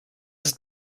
ist